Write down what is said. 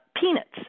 Peanuts